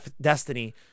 destiny